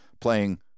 playing